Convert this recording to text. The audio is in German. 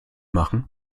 machen